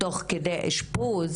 תוך כדי אשפוז